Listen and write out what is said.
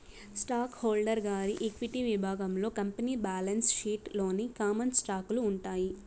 stock holder గారి equity విభాగంలో company balance sheet లోని కామన్ స్టాకులు ఉంటాయి